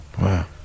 Wow